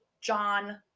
John